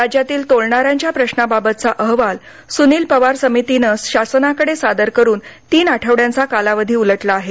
राज्यातील तोलणारांच्या प्रश्नाबाबतचा अहवाल सुनील पवार समितीनं शासनाकडे सादर करून तीन आठवड्याचा कालावधी उलटला आहे